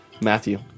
matthew